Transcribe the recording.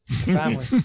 Family